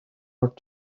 not